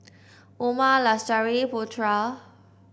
Umar Lestari Putra